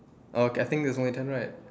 okay I think there's only ten right